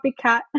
copycat